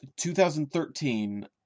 2013